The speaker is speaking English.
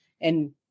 And-